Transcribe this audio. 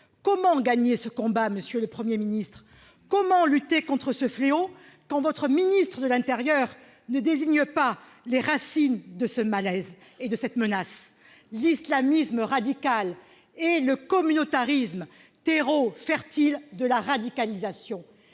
Comment gagner ce combat, monsieur le Premier ministre, comment lutter contre ce fléau, quand votre ministre de l'intérieur se refuse à désigner les racines de cette menace : l'islamisme radical et le communautarisme, terreau fertile de la radicalisation